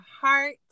heart